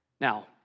Now